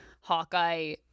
Hawkeye